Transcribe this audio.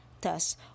Thus